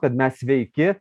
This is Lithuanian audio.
kad mes sveiki